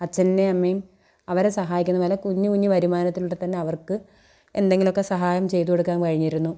അച്ഛൻറ്റെം അമ്മേം അവരെ സഹായിക്കുന്ന പോലെ കുഞ്ഞു കുഞ്ഞു വരുമാനത്തിലൂടെ തന്നെ അവർക്ക് എന്തെങ്കിലും ഒക്കെ സഹായം ചെയ്തു കൊടുക്കാൻ കഴിഞ്ഞിരുന്നു